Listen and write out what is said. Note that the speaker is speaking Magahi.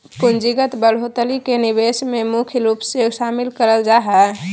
पूंजीगत बढ़ोत्तरी के निवेश मे मुख्य रूप से शामिल करल जा हय